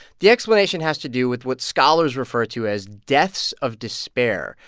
the explanation has to do with what scholars refer to as deaths of despair.